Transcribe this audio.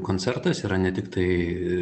koncertas yra ne tiktai